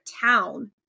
town